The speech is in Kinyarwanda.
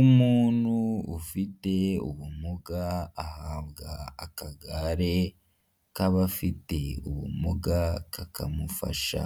Umuntu ufite ubumuga ahabwa akagare k'abafite ubumuga, kakamufasha